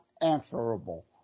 answerable